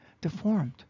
deformed